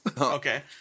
Okay